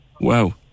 Wow